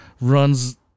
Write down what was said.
runs